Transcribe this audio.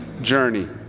journey